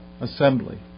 assembly